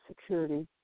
Security